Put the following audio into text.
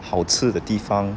好吃的地方